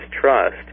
trust